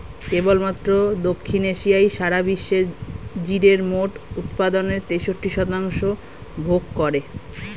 কেবলমাত্র দক্ষিণ এশিয়াই সারা বিশ্বের জিরের মোট উৎপাদনের তেষট্টি শতাংশ ভোগ করে